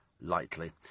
lightly